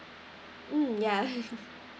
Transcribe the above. mm yeah